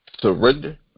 surrender